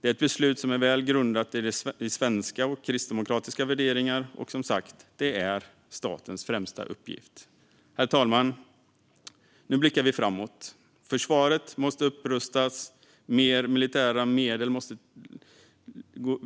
Det är ett beslut som är välgrundat i svenska och kristdemokratiska värderingar, och det är som sagt statens främsta uppgift. Herr talman! Nu blickar vi framåt. Försvaret måste rustas upp, mer militära medel måste